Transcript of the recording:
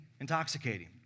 intoxicating